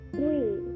Three